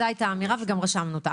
זו הייתה האמירה וגם רשמנו אותה.